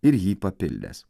ir jį papildęs